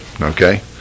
okay